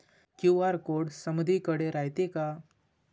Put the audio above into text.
QR code समदीकडे रायतो का?